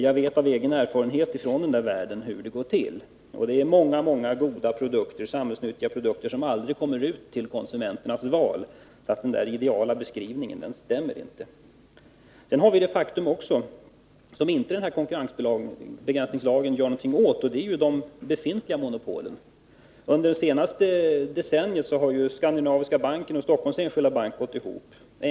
Jag vet av egen erfarenhet från den världen hur det går till. Många goda och samhällsnyttiga produkter kommer aldrig ut till konsumenternas val. Så den ideala beskrivningen stämmer inte. Sedan har vi ett faktum som konkurrensbegränsninglagen inte gör någonting åt, nämligen de befintliga monopolen. Under det senaste decenniet har Skandinaviska Banken och Stockholms Enskilda Bank gått ihop.